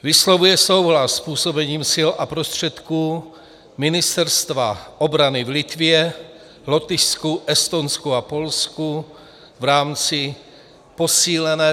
Vyslovuje souhlas s působením sil a prostředků Ministerstva obrany v Litvě, Lotyšsku, Estonsku a Polsku v rámci posílené